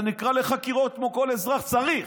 אתה נקרא לחקירות כמו כל אזרח, וצריך,